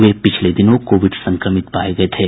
वे पिछले दिनों कोविड संक्रमित पाये गये थे